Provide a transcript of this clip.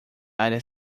área